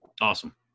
Awesome